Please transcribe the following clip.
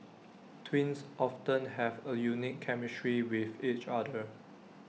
twins often have A unique chemistry with each other